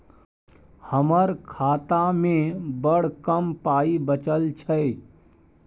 हमर खातामे बड़ कम पाइ बचल छै